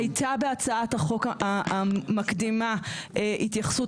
הייתה בהצעת החוק המקדימה התייחסות